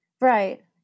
Right